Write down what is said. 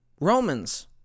Romans